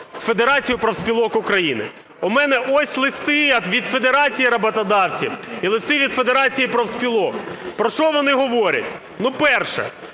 з Федерацією профспілок України. У мене ось листи від Федерації роботодавців і листи від Федерації профспілок. Про що вони говорять? Перше.